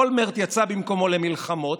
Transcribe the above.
אולמרט יצא במקומו למלחמות,